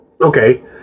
Okay